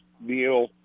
Neal